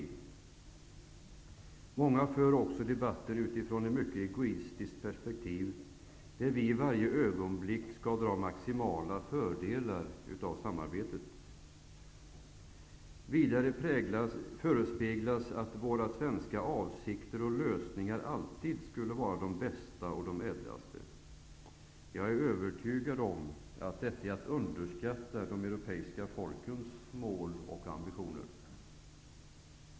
Många för också debatten utifrån ett mycket egoistiskt perspektiv, där vi i varje ögonblick skall dra maximala fördelar av samarbetet. Vidare förespeglas att våra svenska avsikter och lösningar alltid skulle vara de bästa och de ädlaste. Jag är övertygad om att detta är att underskatta de europeiska folkens mål och ambitioner.